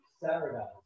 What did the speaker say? Sarah